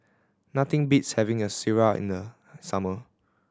nothing beats having a sireh in the summer